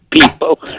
people